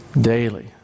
Daily